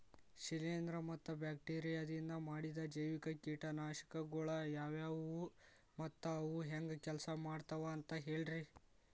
ಶಿಲೇಂಧ್ರ ಮತ್ತ ಬ್ಯಾಕ್ಟೇರಿಯದಿಂದ ಮಾಡಿದ ಜೈವಿಕ ಕೇಟನಾಶಕಗೊಳ ಯಾವ್ಯಾವು ಮತ್ತ ಅವು ಹೆಂಗ್ ಕೆಲ್ಸ ಮಾಡ್ತಾವ ಅಂತ ಹೇಳ್ರಿ?